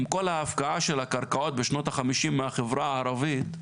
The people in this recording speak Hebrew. עם כל ההפקעה של הקרקעות בשנות ה-50 מהחברה הערבית,